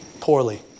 poorly